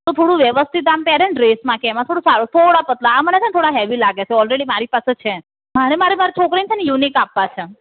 તો થોડું વ્યવસ્થિત આમ પેહરે ને ડ્રેસમાં કે એમાં થોડું સારું થોડા પતલા આ મને છે ને થોડા હેવી લાગે છે ઓલરેડી મારી પાસે છે મારે મારી મારી છોકરીને છે ને યુનિક આપવા છે